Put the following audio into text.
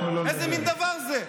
איזה מין דבר זה?